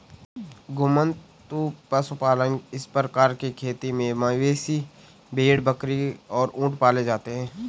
घुमंतू पशुपालन इस प्रकार की खेती में मवेशी, भेड़, बकरी और ऊंट पाले जाते है